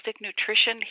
nutrition